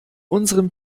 unserem